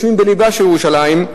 יושבים בלבה של ירושלים,